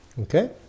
Okay